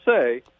say –